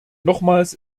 nochmals